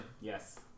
yes